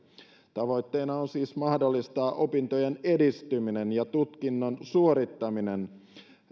tavoitteena on siis mahdollistaa opintojen edistyminen ja tutkinnon suorittaminen